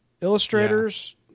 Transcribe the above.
Illustrators